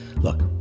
Look